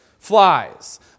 Flies